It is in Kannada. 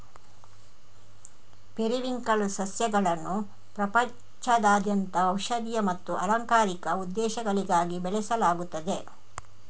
ಪೆರಿವಿಂಕಲ್ ಸಸ್ಯಗಳನ್ನು ಪ್ರಪಂಚದಾದ್ಯಂತ ಔಷಧೀಯ ಮತ್ತು ಅಲಂಕಾರಿಕ ಉದ್ದೇಶಗಳಿಗಾಗಿ ಬೆಳೆಸಲಾಗುತ್ತದೆ